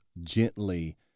gently